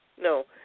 No